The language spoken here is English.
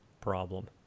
problem